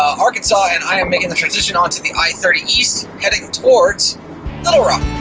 arkansas, and i am making the transition onto the i thirty east, heading towards little rock.